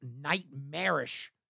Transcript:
nightmarish